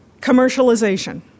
Commercialization